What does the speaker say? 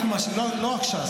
לא רק ש"ס,